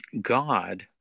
God